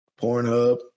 Pornhub